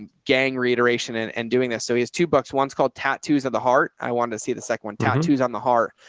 and gang reiteration and and doing this. so he has two books. one's called tattoos of the heart. i wanted to see the second one tattoos on the heart.